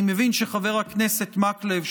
אני מבין שחבר הכנסת מקלב,